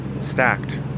stacked